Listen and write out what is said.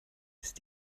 ist